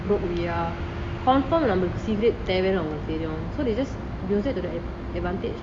அதிகமா:athigama confirm நம்மளுக்கு:nammaluku cigrette தேவைன்னு தெரியும்:theavanu teriyum so they'll just use it to their advantage